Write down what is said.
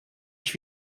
ich